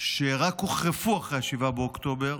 שרק הוחרפו אחרי 7 באוקטובר,